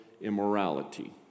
immorality